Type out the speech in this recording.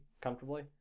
comfortably